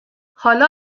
حالا